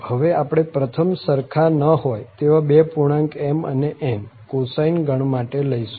હવે આપણે પ્રથમ સરખા ન હોય તેવા બે પૂર્ણાંક m અને n cosine ગણ માટે લઈશું